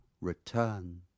return